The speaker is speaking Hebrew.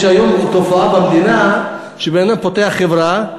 יש היום תופעה במדינה שבן-אדם פותח חברה,